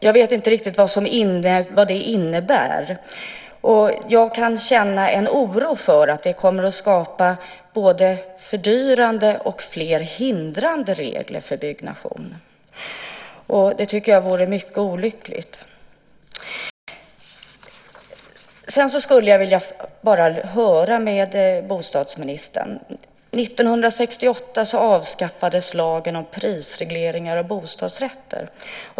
Jag vet inte riktigt vad det innebär, och jag kan känna en oro för att det kommer att skapa både fördyrande och fler hindrande regler för byggnation. Det vore mycket olyckligt. Jag skulle vilja ta upp ytterligare en sak med bostadsministern. 1968 avskaffades lagen om prisregleringar av bostadsrätter.